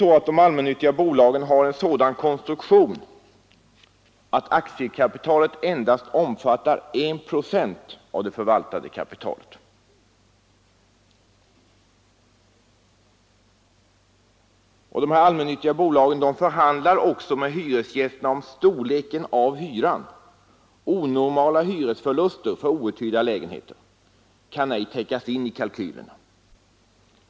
De allmännyttiga bolagen har en sådan konstruktion att aktiekapitalet omfattar endast 1 procent av det förvaltade kapitalet, och de allmännyttiga bolagen förhandlar också med hyresgästerna om storleken av hyran. Onormala hyresförluster för outhyrda lägenheter kan ej täckas in i kalkylerna.